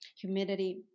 humidity